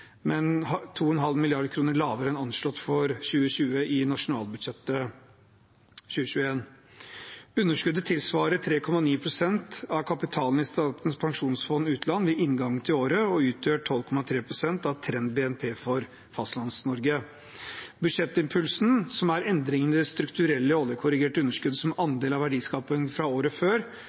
2,5 mrd. kr mindre enn anslått for 2020 i nasjonalbudsjettet for 2021. Underskuddet tilsvarer 3,9 pst. av kapitalen i Statens pensjonsfond utland ved inngangen til året og utgjør 12,3 pst. av trend-BNP for Fastlands-Norge. Budsjettimpulsen, som er endringen i det strukturelle oljekorrigerte underskuddet som andel av verdiskapingen fra året før,